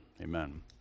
Amen